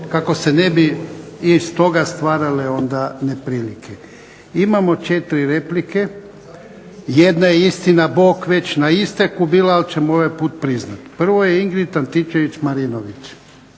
kako se ne bi iz toga stvarale onda neprilike. I imamo četiri replike. Jedna je istina bog već na isteku bila, ali ćemo ovaj put priznati. Prva je Ingrid Antičević Marinović.